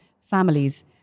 families